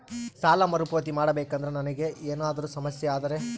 ಸಾಲ ಮರುಪಾವತಿ ಮಾಡಬೇಕಂದ್ರ ನನಗೆ ಏನಾದರೂ ಸಮಸ್ಯೆ ಆದರೆ?